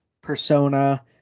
persona